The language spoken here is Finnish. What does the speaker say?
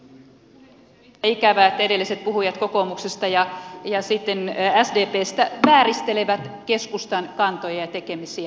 on ikävää että edelliset puhujat kokoomuksesta ja sdpstä vääristelevät keskustan kantoja ja tekemisiä